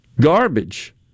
Garbage